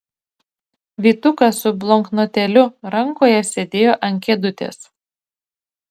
vytukas su bloknotėliu rankoje sėdėjo ant kėdutės